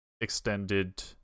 extended